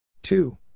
Two